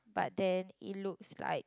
but then it looks like